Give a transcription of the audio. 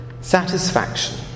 Satisfaction